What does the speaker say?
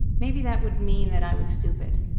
maybe that would mean that i was stupid,